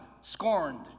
scorned